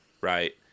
right